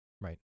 Right